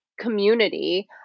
community